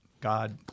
God